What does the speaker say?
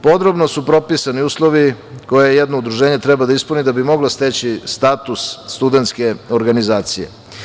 Podrobno su propisani uslovi koje jedno udruženje treba da ispuni da bi moglo steći status studentske organizacije.